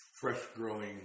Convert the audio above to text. fresh-growing